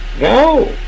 No